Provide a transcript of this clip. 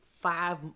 five